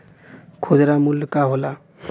खुदरा मूल्य का होला?